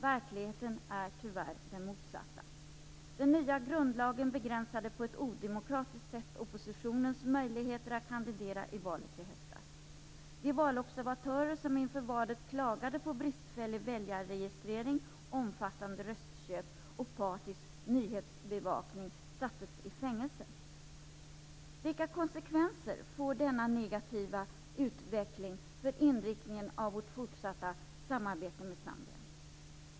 Verkligheten är tyvärr den motsatta. Den nya grundlagen begränsade på ett odemokratiskt sätt oppositionens möjligheter att kandidera i valet i höstas. De valobservatörer som inför valet klagade på bristfällig väljarregistrering omfattande röstköp och partisk nyhetsbevakning sattes i fängelse. Vilka konsekvenser får denna negativa utveckling för inriktningen av vårt fortsatta samarbete med Zambia?